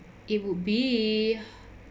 it would be